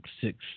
six